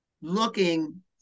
looking